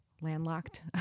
landlocked